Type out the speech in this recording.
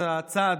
בעוד שעה,